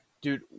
dude